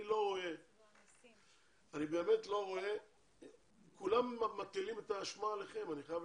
אני חייב להגיד לכם שכולם מטילים את האשמה עליכם.